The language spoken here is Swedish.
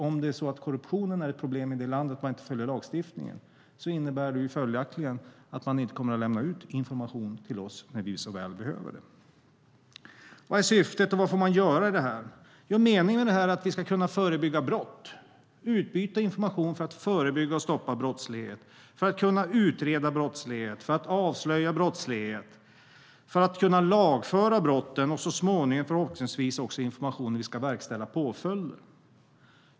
Om korruptionen är ett problem i detta land och man inte följer lagstiftningen innebär det följaktligen att man inte kommer att lämna ut information till oss när vi så väl behöver det. Vad är syftet, och vad får man göra i detta? Meningen är att vi ska utbyta information för att förebygga, stoppa, utreda och avslöja brottslighet och lagföra brott och så småningom förhoppningsvis också när vi ska verkställa påföljder.